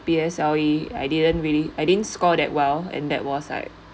P_S_L_E I didn't really I didn't score that well and that was like